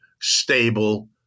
stable